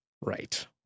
Right